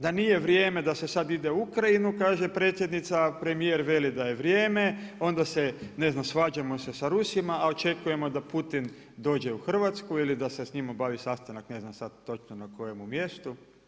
Da nije vrijeme da se sad ide u Ukrajinu, kaže predsjednica, a premjer veli da je vrijeme, onda se svađamo sa Rusima, a očekujemo da Putim dođe u Hrvatsku ili da se s njim obavi sastanak ne znam sad točno na kojemu mjestu.